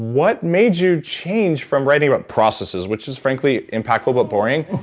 what made you change from writing about processes, which is frankly impactful but boring.